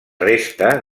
resta